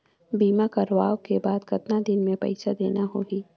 बीमा करवाओ के बाद कतना दिन मे पइसा देना हो ही?